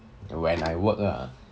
when I work ah